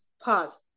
pause